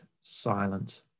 silent